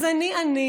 אז אני אני